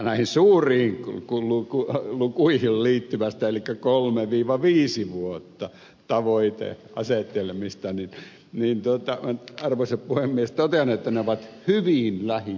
laakson suuriin lukuihin kolmesta viiteen vuotta liittyviä tavoite asetelmia niin arvoisa puhemies totean että ne ovat hyvin lähitulevaa aikaa